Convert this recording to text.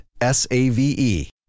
S-A-V-E